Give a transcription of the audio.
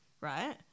right